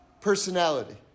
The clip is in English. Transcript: personality